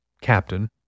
captain